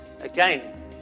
again